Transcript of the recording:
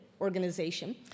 organization